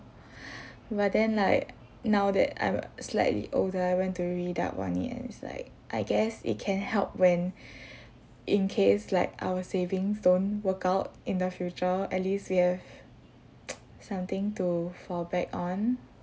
but then like now that I'm slightly older I went to read up on it and it's like I guess it can help when in case like our savings don't work out in the future at least we have something to fall back on